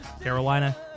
Carolina